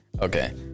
okay